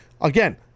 Again